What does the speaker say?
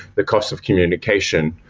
the cost of communication.